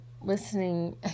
listening